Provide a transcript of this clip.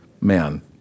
man